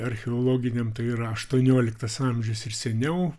archeologiniam tai yra aštuonioliktas amžius ir seniau